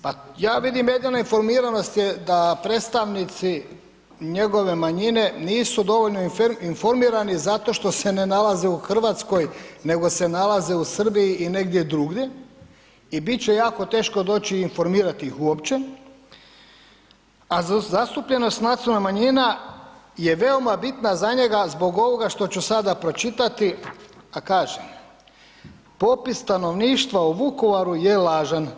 Pa ja vidim jedino informiranost je da predstavnici njegove manjine nisu dovoljno informirani zato što se ne nalaze u Hrvatskoj nego se nalaze u Srbiji i negdje drugdje i bit će jako teško doći informirati ih uopće, a zastupljenost nacionalnih manjina je veoma bitna za njega zbog ovoga što ću sada pročitati, a kaže: popis stanovništva u Vukovara je lažan.